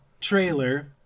trailer